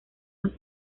los